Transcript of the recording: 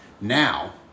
Now